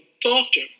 doctor